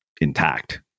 intact